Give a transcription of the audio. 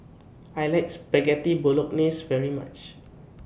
I like Spaghetti Bolognese very much